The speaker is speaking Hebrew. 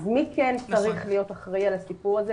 אז מי כן צריך להיות אחראי על הסיפור הזה?